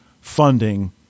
funding